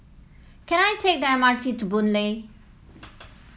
can I take the M R T to Boon Lay